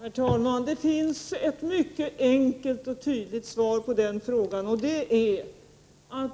Herr talman! Det finns ett mycket enkelt och tydligt svar på frågan: